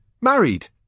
married